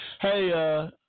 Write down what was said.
Hey